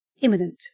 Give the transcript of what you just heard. imminent